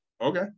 Okay